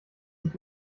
sich